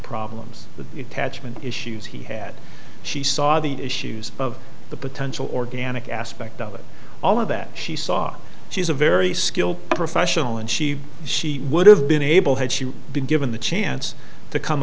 problems with catchment issues he had she saw the issues of the potential organic aspect of it all of that she saw she's a very skilled professional and she she would have been able had she been given the chance to come